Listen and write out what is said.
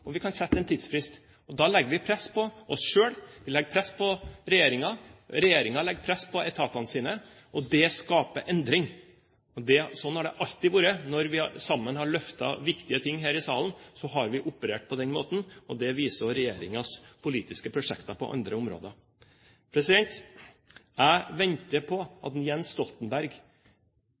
Og vi kan sette en tidsfrist. Da legger vi et press på oss selv, vi legger press på regjeringen, og regjeringen legger press på etatene sine. Og det skaper endring! Slik har det alltid vært. Når vi sammen har løftet viktige ting her i salen, så har vi operert på den måten. Det viser også regjeringens politiske prosjekter på andre områder. Jeg venter på at Jens Stoltenberg